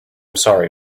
sorry